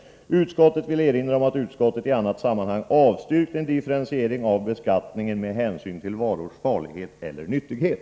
Utskottet vill erinra om att utskottet i annat sammanhang avstyrkt en differentiering av beskattningen med hänsyn till varors farlighet eller nyttighet.”